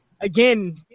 again